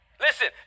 Listen